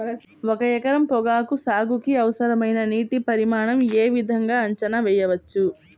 ఒక ఎకరం పొగాకు సాగుకి అవసరమైన నీటి పరిమాణం యే విధంగా అంచనా వేయవచ్చు?